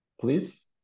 Please